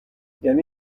یعنی